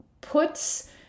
puts